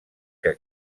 que